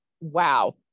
Wow